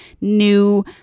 new